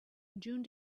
june